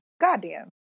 Goddamn